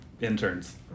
interns